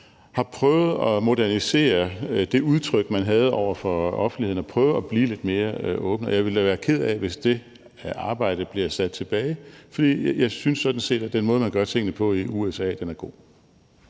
har prøvet på at modernisere det udtryk, man havde over for offentligheden, og prøvet på at blive lidt mere åbne, og jeg ville da være ked af, hvis det arbejde bliver sat tilbage, for jeg synes sådan set, at den måde, man gør tingene på i USA, er god.